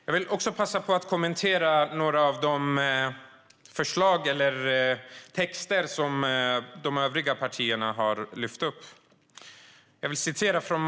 Jag vill passa på att kommentera några av de förslag och texter som de övriga partierna har lyft fram.